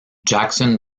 jackson